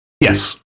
Yes